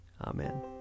Amen